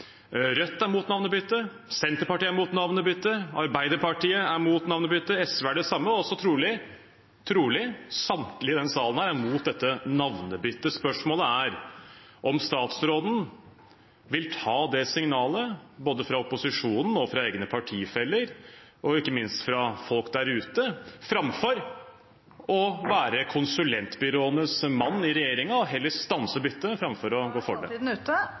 Rødt er imot navnebyttet, Senterpartiet er imot navnebyttet, Arbeiderpartiet er imot navnebyttet, SV er det samme – og også, trolig: Samtlige i denne salen er imot dette navnebyttet. Spørsmålet er om statsråden vil ta det signalet både fra opposisjonen, fra egne partifeller og ikke minst fra folk der ute framfor å være konsulentbyråenes mann i regjeringen, og heller stanse byttet framfor å gå for det.